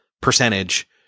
percentage